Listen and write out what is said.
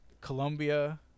Colombia